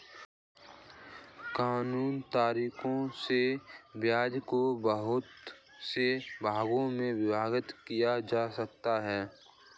कानूनन तरीकों से ब्याज को बहुत से भागों में विभक्त किया जा सकता है